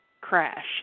crash